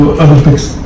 Olympics